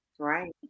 Right